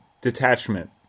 detachment